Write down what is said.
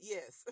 Yes